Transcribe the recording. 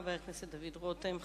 חבר הכנסת דוד רותם.